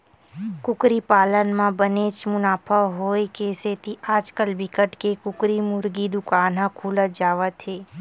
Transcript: कुकरी पालन म बनेच मुनाफा होए के सेती आजकाल बिकट के कुकरी मुरगी दुकान ह खुलत जावत हे